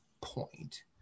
point